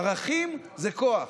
ערכים זה כוח,